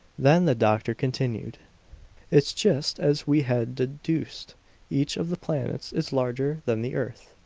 then the doctor continued it's just as we had deduced each of the planets is larger than the earth.